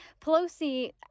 Pelosi